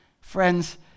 Friends